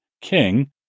king